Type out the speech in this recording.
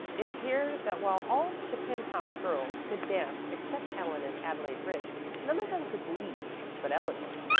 it appeared that while all the chapin house girls could dance except helen and adelaide rich, none of them could lead but eleanor.